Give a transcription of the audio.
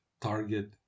target